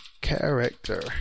character